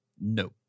No